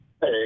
Hey